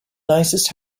nicest